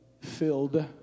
filled